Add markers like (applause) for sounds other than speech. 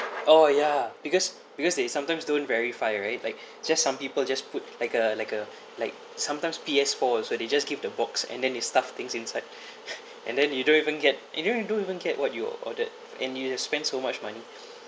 oh ya because because they sometimes don't verify right like just some people just put like a like a like sometimes P_S four also they just give the box and then they stuff things inside (laughs) and then you don't even get you don't even get what you ordered and you have spend so much money